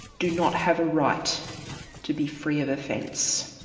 do not have a right to be free of offence.